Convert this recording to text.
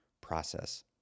process